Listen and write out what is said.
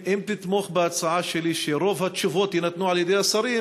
אם תתמוך בהצעה שלי שרוב התשובות יינתנו על-ידי השרים,